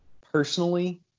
personally